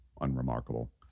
unremarkable